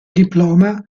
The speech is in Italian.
diploma